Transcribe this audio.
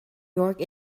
york